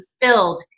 filled